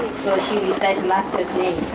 so she recited master's name,